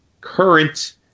current